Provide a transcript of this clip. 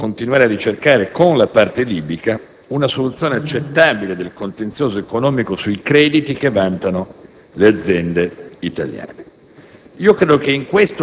e di continuare a ricercare, con la parte libica, una soluzione accettabile del contenzioso economico sui crediti che vantano le aziende italiane.